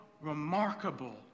remarkable